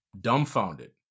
dumbfounded